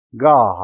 God